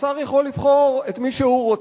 השר יכול לבחור את מי שהוא רוצה.